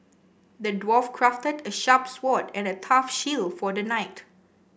the dwarf crafted a sharp sword and a tough shield for the knight